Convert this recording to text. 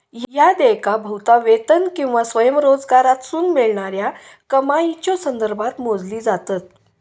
ह्या देयका बहुधा वेतन किंवा स्वयंरोजगारातसून मिळणाऱ्या कमाईच्यो संदर्भात मोजली जातत